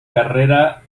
carrera